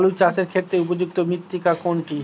আলু চাষের ক্ষেত্রে উপযুক্ত মৃত্তিকা কোনটি?